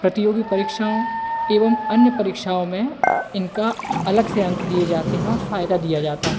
प्रतियोगी परीक्षाओं एवं अन्य परीक्षाओं में इनका अलग से अंक दिए जाते हैं और फायदा दिया जाता है